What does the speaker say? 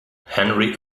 henry